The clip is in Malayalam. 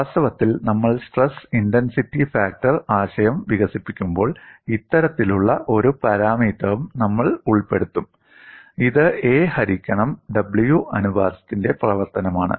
വാസ്തവത്തിൽ നമ്മൾ സ്ട്രെസ് ഇന്റൻസിറ്റി ഫാക്ടർ ആശയം വികസിപ്പിക്കുമ്പോൾ ഇത്തരത്തിലുള്ള ഒരു പാരാമീറ്ററും നമ്മൾ ഉൾപ്പെടുത്തും ഇത് a ഹരിക്കണം w അനുപാതത്തിന്റെ പ്രവർത്തനമാണ്